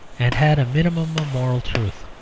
and had a minimum of moral truth.